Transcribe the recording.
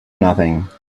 nothing